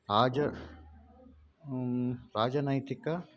आज राजनैतिक